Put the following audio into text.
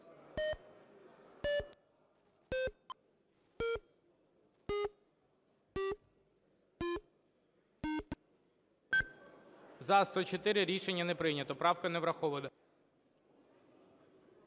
За-100 Рішення не прийнято, правка не врахована.